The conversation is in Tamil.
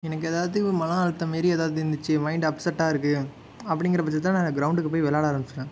எனக்கு ஏதாவது மனஅழுத்தம் மாரி ஏதாவது இருந்துச்சு மைண்ட் அப்செட்டா இருக்குது அப்படிங்குற பட்சத்தில் நான் கிரௌண்ட்டு போய் விளாட ஆரமிச்சிடுவேன்